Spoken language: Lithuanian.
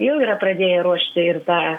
jau yra pradėję ruošti ir tą